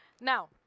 Now